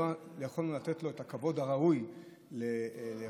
לא יכולנו לתת לו את הכבוד הראוי לו כרב,